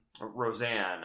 roseanne